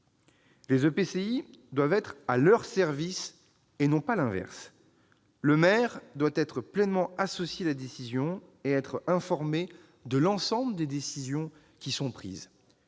: l'EPCI doit être à son service, et non pas l'inverse. Le maire doit être pleinement associé à la décision et être informé de l'ensemble des décisions qui sont prises.